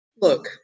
look